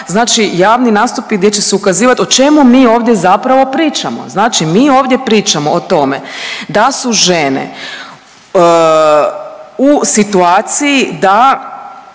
znači javni nastupi gdje će se ukazivat o čemu mi ovdje zapravo pričamo. Znači mi ovdje pričamo o tome da su žene u situaciji da